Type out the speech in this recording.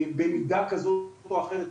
במידה כזו או אחרת,